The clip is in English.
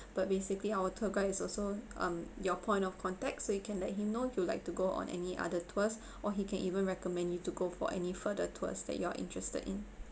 but basically our tour guide is also um your point of contact so you can let him know if you'd like to go on any other tours or he can even recommend you to go for any further tours that you are interested in